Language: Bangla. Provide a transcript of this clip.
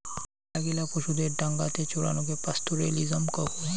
মেলাগিলা পশুদের ডাঙাতে চরানকে পাস্তোরেলিজম কুহ